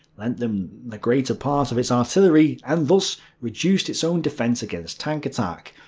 lent them the greater part of its artillery and thus reduced its own defence against tank attack.